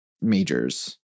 majors